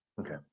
Okay